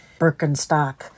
Birkenstock